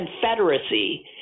Confederacy